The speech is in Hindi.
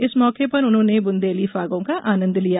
इस मौके पर उन्होंने बुंदेली फागों का आनंद लिया